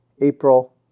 April